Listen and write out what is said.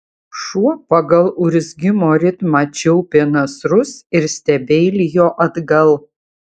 šuo pagal urzgimo ritmą čiaupė nasrus ir stebeilijo atgal